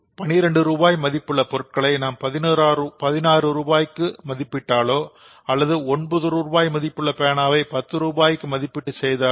பனிரெண்டு ரூபாய் மதிப்புள்ள பொருட்களை நாம் 16 ரூபாய்க்கு மதிப்பிட்டாலோ அல்லது ஒன்பது ரூபாய் மதிப்புள்ள பேனாவை 10 ரூபாய்க்கு மதிப்பீடு செய்தாலோ